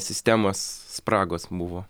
sistemos spragos buvo